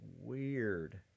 weird